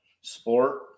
sport